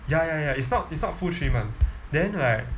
ya ya ya it's not it's not full three months then right